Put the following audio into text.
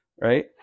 right